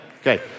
Okay